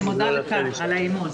אני מודה לך על האמון.